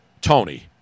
Tony